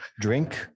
drink